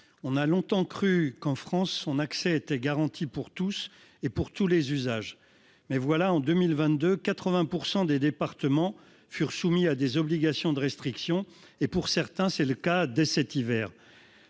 On a longtemps cru que, en France, son accès était garanti pour tous et pour tous les usages. Toutefois, en 2022, 80 % des départements furent soumis à des obligations de restriction, dès l'hiver pour certains d'entre eux.